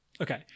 okay